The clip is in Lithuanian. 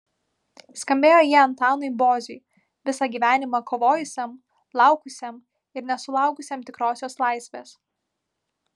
skambėjo jie antanui boziui visą gyvenimą kovojusiam laukusiam ir nesulaukusiam tikrosios laisvės